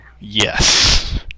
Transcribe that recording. Yes